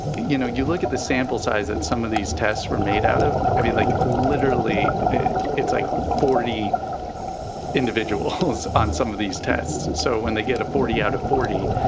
you know, you look at the sample size at some of these tests were made out of of you like literally it's like forty individual who's on some of these tests. so when they get a forty out of forty,